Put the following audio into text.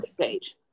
page